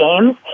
Games